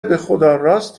بخداراست